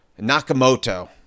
Nakamoto